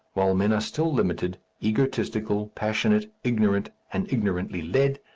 while men are still limited, egotistical, passionate, ignorant, and ignorantly led,